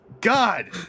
God